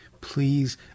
Please